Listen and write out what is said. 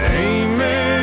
amen